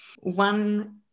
One